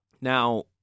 Now